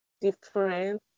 different